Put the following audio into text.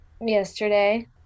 yesterday